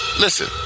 listen